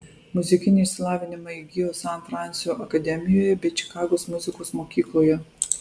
muzikinį išsilavinimą įgijo san fransio akademijoje bei čikagos muzikos mokykloje